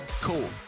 Cool